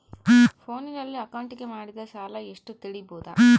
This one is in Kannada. ಫೋನಿನಲ್ಲಿ ಅಕೌಂಟಿಗೆ ಮಾಡಿದ ಸಾಲ ಎಷ್ಟು ತಿಳೇಬೋದ?